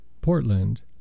Portland